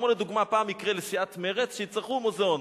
כמו לדוגמה פעם יקרה לסיעת מרצ שיצטרכו מוזיאון,